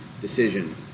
decision